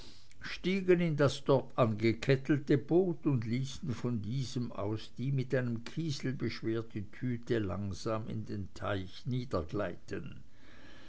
stiegen in das dort angekettete boot und ließen von diesem aus die mit einem kiesel beschwerte tüte langsam in den teich